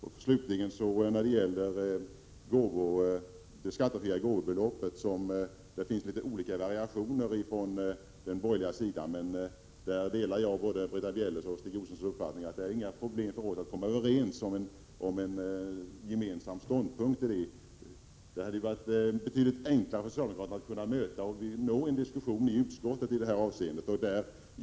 När det slutligen gäller det skattefria gåvobeloppet, där det finns variationer i förslagen från den borgerliga sidan, delar jag Britta Bjelles och Stig Josefsons uppfattning att det inte borde ha varit några problem för oss att komma fram till en gemensam ståndpunkt. Det hade då varit betydligt enklare att möta socialdemokraterna och nå fram till en diskussion i utskottet.